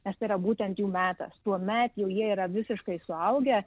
nes tai yra būtent jų metas tuomet jau yra visiškai suaugę